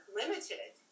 limited